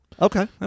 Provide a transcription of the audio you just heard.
Okay